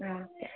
ആ ഓക്കെ